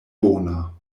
bona